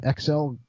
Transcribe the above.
XL